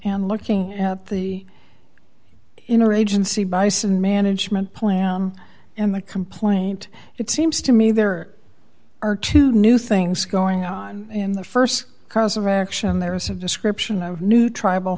and looking at the inner agency bison management plan in the complaint it seems to me there are two new things going on in the st cause of action there is a description of new tribal